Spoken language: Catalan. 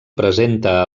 presenta